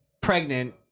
pregnant